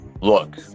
look